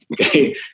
okay